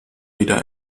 wieder